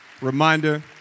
reminder